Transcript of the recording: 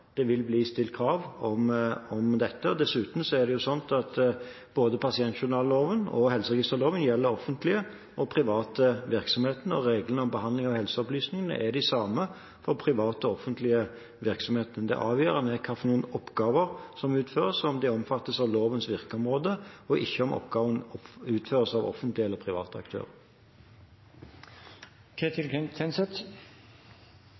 det vil bli stilt krav om dette. Dessuten er det jo sånn at både pasientjournalloven og helseregisterloven gjelder offentlige og private virksomheter, og reglene om behandling av helseopplysninger er de samme for private og offentlige virksomheter. Men det avgjørende er hvilke oppgaver som utføres, og om de omfattes av lovens virkeområde, ikke om oppgavene utføres av offentlige eller private